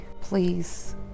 please